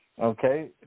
Okay